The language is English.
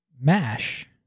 Mash